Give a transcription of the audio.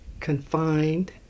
confined